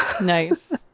nice